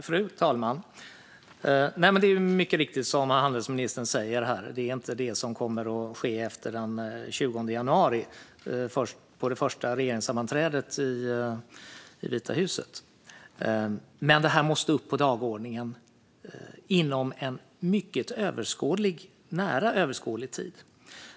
Fru talman! Det är mycket riktigt så som handelsministern säger: Det är inte detta som kommer att ske på det första regeringssammanträdet i Vita huset efter den 20 januari. Men detta måste upp på dagordningen inom en nära överskådlig tid.